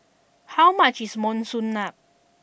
how much is Monsunabe